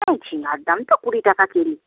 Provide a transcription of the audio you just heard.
হ্যাঁ ঝিঙের দাম তো কুড়ি টাকা